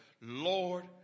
Lord